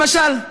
למשל,